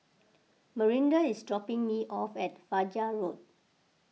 Marinda is dropping me off at Fajar Road